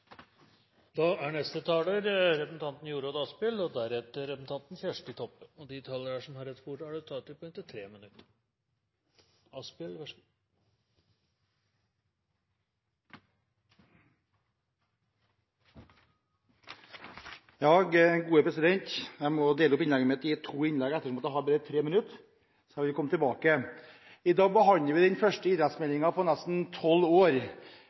De talerne som heretter får ordet, har en taletid på inntil 3 minutter. Jeg må dele opp innlegget mitt i to innlegg ettersom jeg bare har 3 minutter, så jeg vil komme tilbake senere. I dag behandler vi den første idrettsmeldingen på nesten tolv år,